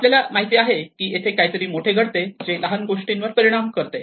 आपल्याला माहित आहे की येथे काहीतरी मोठे घडते जे लहान गोष्टीवर परिणाम करते